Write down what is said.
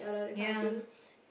ya